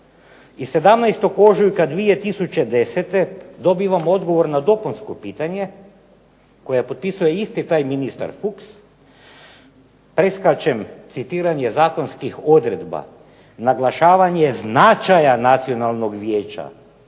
i 17. ožujka 2010. dobivam odgovor na dopunsko pitanje koje potpisuje isti taj ministar Fuchs. Preskačem citiranje zakonskih odredba, naglašavanje značaja nacionalnog vijeća